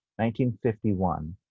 1951